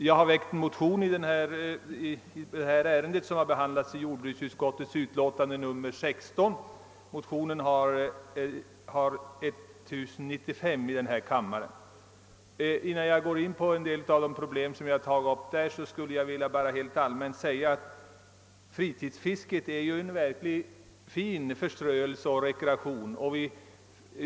Jag har väckt en motion i detta ärende, II: 1095, som har behandlats i jordbruksutskottets utlåtande nr 16. Innan jag går in på en del av de problem som jag tagit upp i den vill jag helt allmänt säga att fritidsfisket är en verkligt fin förströelse och rekreation.